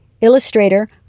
illustrator